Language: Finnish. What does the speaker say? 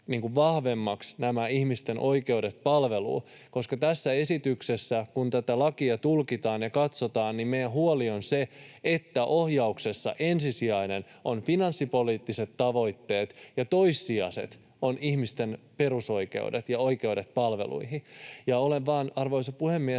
vahvemmaksi. Nimittäin tässä esityksessä, kun tätä lakia tulkitaan ja katsotaan, meidän huolemme on se, että ohjauksessa ensisijaisia ovat finanssipoliittiset tavoitteet ja toissijaisia ovat ihmisten perusoikeudet ja oikeudet palveluihin. Olen vain, arvoisa puhemies,